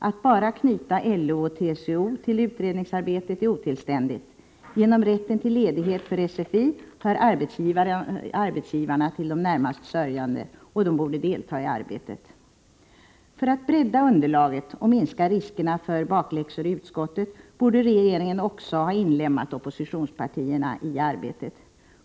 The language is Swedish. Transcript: Att bara knyta LO och TCO till utredningsarbetet är otillständigt. Genom rätten till ledighet för SFI hör arbetsgivarna till de närmast sörjande och borde delta i arbetet. För att bredda underlaget och minska riskerna för bakläxa i utskottet borde regeringen ha inlemmat även oppositionspartierna i arbetet.